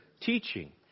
teaching